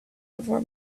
before